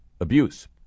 abuse